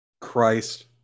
Christ